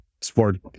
sport